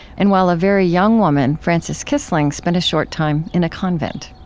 and while a very young woman, frances kissling spent a short time in a convent